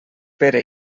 pere